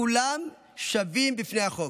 כולם שווים בפני החוק,